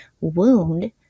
wound